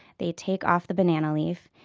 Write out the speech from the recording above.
they take off the banana leaf,